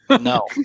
no